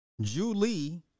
Julie